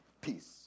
peace